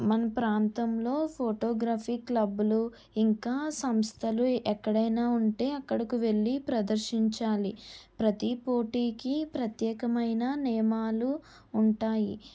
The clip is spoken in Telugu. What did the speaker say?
మన ప్రాంతంలో ఫోటోగ్రఫీ క్లబ్బులు ఇంకా సంస్థలు ఎక్కడైనా ఉంటే అక్కడకు వెళ్ళి ప్రదర్శించాలి ప్రతి పోటీకి ప్రత్యేకమైన నియమాలు ఉంటాయి